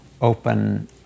open